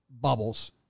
bubbles